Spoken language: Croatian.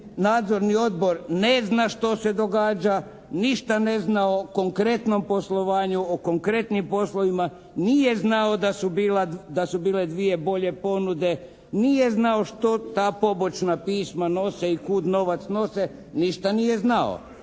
nadzorni odbor ne zna što se događa, ništa ne zna i konkretnom poslovanju o konkretnim poslovima, nije znao da su bile dvije bolje ponude, nije znao što ta pobočna pisma nose i kud novac nose, ništa nije znao.